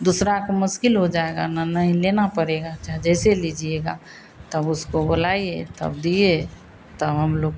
दूसरे को मुश्किल हो जाएगी ना नहीं लेना पड़ेगा चाहे जैसे लीजिएगा तब उसको बोलाइए तब दिए तब हम लोग